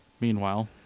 Meanwhile